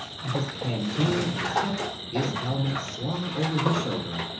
and his canteen at his hip, his helmet slung over his shoulder.